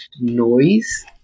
noise